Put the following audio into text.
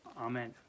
Amen